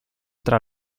tra